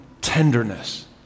tenderness